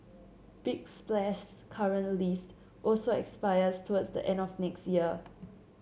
big Splash's current lease also expires towards the end of next year